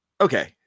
Okay